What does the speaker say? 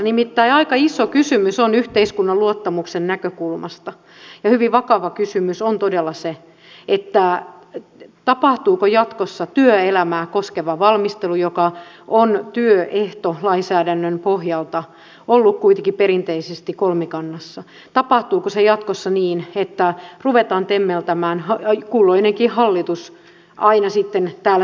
nimittäin aika iso kysymys yhteiskunnan luottamuksen näkökulmasta ja hyvin vakava kysymys on todella se tapahtuuko jatkossa työelämää koskeva valmistelu joka on työehtolainsäädännön pohjalta ollut kuitenkin perinteisesti kolmikannassa jatkossa niin että ruvetaan temmeltämään kulloinenkin hallitus aina sitten täällä työmarkkinapöydässä